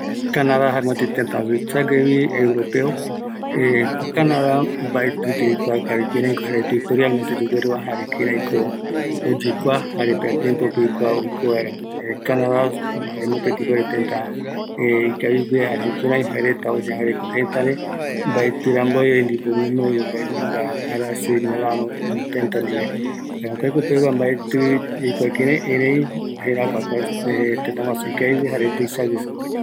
﻿Canada jae mopeti teta tuisague vi europeo, Canada mbaeti yaikua kavi kireiko jaereta historialmente yogueruva jare kireiko oyekua, jare pea tiempope oikua oiko vaera, Canada jae mopeti teta ikavigue jare jukurei jae reta oyangareko jetare, mbaeti rambueve ndipo gunoi vaenunga arasi ñoraro iru teta ndive, jkua jekopegua mbaeti yaikua kirei jerakua kua tetaguasu ikavigue jare tuisague.